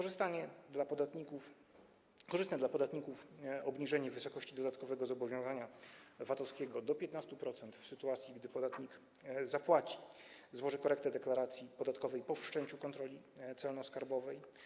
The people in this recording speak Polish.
Projekt przewiduje korzystne dla podatników obniżenie wysokości dodatkowego zobowiązania VAT-owskiego do 15% w sytuacji, gdy podatnik zapłaci, złoży korektę deklaracji podatkowej po wszczęciu kontroli celno-skarbowej.